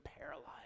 paralyzed